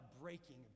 breaking